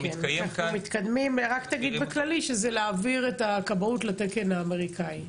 רק תגיד בכללי שזה להעביר את הכבאות לתקן האמריקאי.